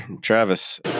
Travis